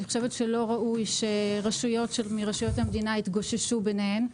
אני חושבת שלא ראוי שרשויות מרשויות המדינה יתגוששו ביניהן.